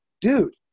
dude